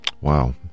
Wow